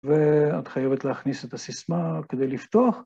‫ואת חייבת להכניס את הסיסמה ‫כדי לפתוח.